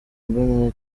mbonera